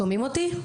שומעים אותי?